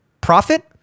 profit